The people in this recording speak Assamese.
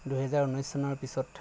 দুহেজাৰ উনৈছ চনৰ পিছত